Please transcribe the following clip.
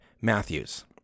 Matthews